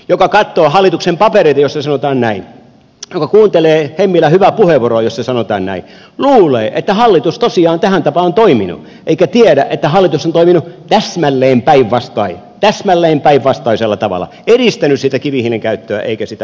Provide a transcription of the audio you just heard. joka katsoo hallituksen papereita joissa sanotaan näin joka kuuntelee hemmilän hyvää puheenvuoroa jossa sanotaan näin luulee että hallitus tosiaan on tähän tapaan toiminut eikä tiedä että hallitus on toiminut täsmälleen päinvastoin täsmälleen päinvastaisella tavalla edistänyt sitä kivihiilen käyttöä eikä sitä iskenyt päähän